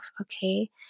okay